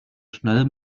schnell